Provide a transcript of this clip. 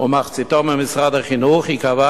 ומחציתו ממשרד החינוך, ייקבע